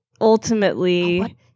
ultimately